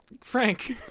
Frank